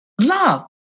love